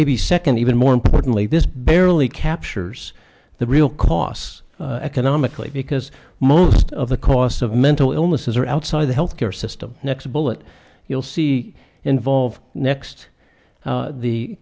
maybe second even more importantly this barely captures the real costs economically because most of the costs of mental illnesses or outside the health care system next bullet you'll see involve next